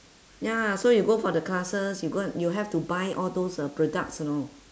ya so you go for the classes you go and you have to buy all those uh products you know